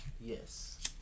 Yes